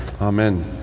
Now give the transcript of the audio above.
Amen